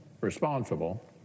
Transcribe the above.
responsible